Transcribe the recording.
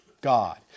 God